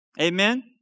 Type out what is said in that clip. Amen